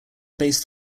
based